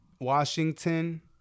Washington